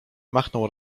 machnął